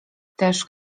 też